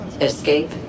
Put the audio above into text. Escape